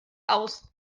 aus